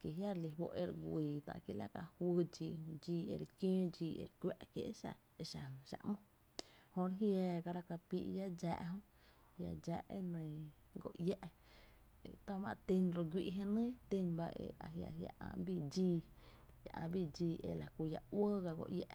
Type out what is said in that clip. ki jia’ re lí f´’ e re güii ki la ka juý dxii, dxii e re kiöö, dxii e re kuⱥ’, ki e xa e xa jy xáá’ ‘mo jö re jiiaa gara kapii’ llá dxáá’ jö, lla dxáá’ enɇɇ go iä’ e ta má’ ten ro güi’ jenyy jia ä’ bii dxii ae la ku llá uɇɇ ga go iä’.